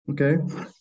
Okay